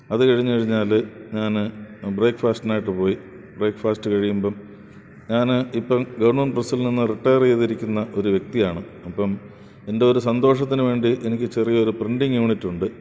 അത് കഴിഞ്ഞു കഴിഞ്ഞാൽ ഞാൻ ബ്രേക്ക്ഫാസ്റ്റിനായിട്ട് പോയി ബ്രേക്ക്ഫാസ്റ്റ് കഴിയുമ്പം ഞാൻ ഇപ്പോൾ ഗവണ്മെൻ്റ് പ്രെസ്സിൽ നിന്ന് റിട്ടയർ ചെയ്തിരിക്കുന്ന ഒരു വ്യക്തിയാണ് അപ്പം എൻ്റെ ഒരു സന്തോഷത്തിന് വേണ്ടി എനിക്ക് ചെറിയൊരു പ്രിൻ്റിങ് യൂണിറ്റ് ഉണ്ട്